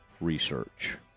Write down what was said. research